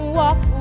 walk